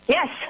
Yes